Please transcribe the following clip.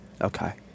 Okay